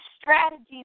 strategies